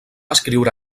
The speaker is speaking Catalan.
escriure